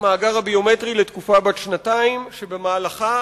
המאגר הביומטרי לתקופה בת שנתיים שבמהלכה